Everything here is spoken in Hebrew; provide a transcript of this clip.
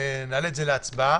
נעלה את זה להצבעה.